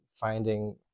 finding